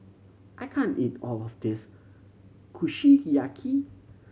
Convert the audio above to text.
I can't eat all of this Kushiyaki